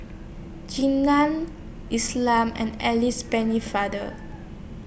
Jean Nam Islam and Alice Pennefather